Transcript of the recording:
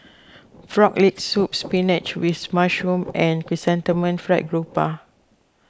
Frog Leg Soup Spinach with Mushroom and Chrysanthemum Fried Garoupa